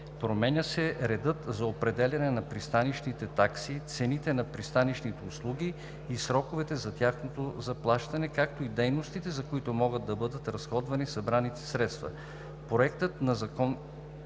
Променя се редът за определяне на пристанищните такси, цените на пристанищните услуги и сроковете за тяхното заплащане, както и дейностите, за които могат да бъдат разходвани събраните средства.